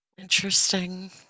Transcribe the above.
Interesting